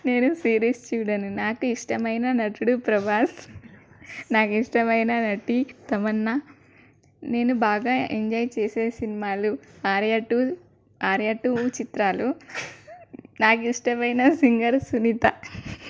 నేను సిరీస్ చూడను నాకు ఇష్టమైన నటుడు ప్రభాస్ నాకు ఇష్టమైన నటి తమన్నా నేను బాగా ఎంజాయ్ చేసే సినిమాలు ఆర్యా టూ ఆర్యా టూ చిత్రాలు నాకు ఇష్టమైన సింగర్ సునీత